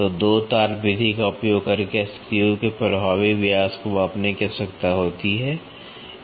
तो दो तार विधि का उपयोग करके स्क्रू के प्रभावी व्यास को मापने की आवश्यकता होती है